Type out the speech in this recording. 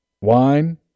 wine